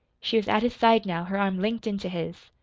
she was at his side now, her arm linked into his.